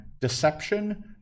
Deception